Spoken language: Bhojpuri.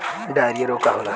डायरिया रोग का होखे?